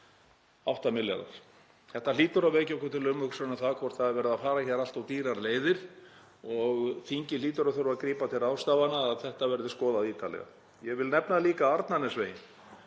8 milljarðar. Þetta hlýtur að vekja okkur til umhugsunar um það hvort það er verið að fara allt of dýrar leiðir og þingið hlýtur að þurfa að grípa til ráðstafana þannig að þetta verði skoðað ítarlega. Ég vil nefna líka Arnarnesveginn